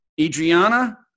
Adriana